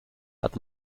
but